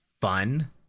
fun